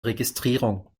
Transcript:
registrierung